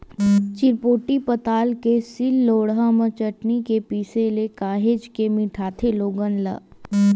चिरपोटी पताल के सील लोड़हा म चटनी के पिसे ले काहेच के मिठाथे लोगन ला